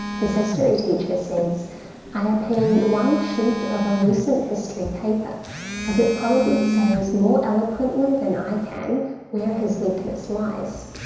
his history teacher says i append one sheet of a recent history paper as it probably stays more eloquently than i can where his weakness lies.